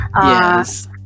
Yes